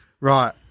Right